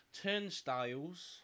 Turnstiles